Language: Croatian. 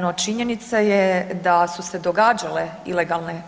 No činjenica je da su se događale ilegalne